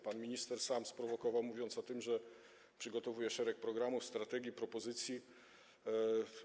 Pan minister sam to sprowokował, mówiąc o tym, że przygotowuje szereg programów, strategii, propozycji.